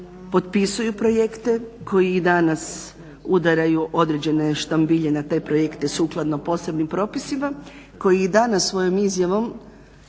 potpisuju projekte, koji i danas udaraju određene štambilje na te projekte sukladno posebnim propisima. Koji i danas svojom izjavom